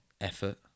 effort